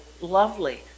lovely